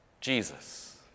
Jesus